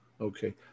Okay